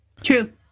True